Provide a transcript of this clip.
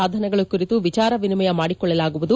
ಸಾಧನಗಳ ಕುರಿತು ವಿಚಾರ ವಿನಿಯಮ ಮಾಡಿಕೊಳ್ಳಲಾಗುವುದು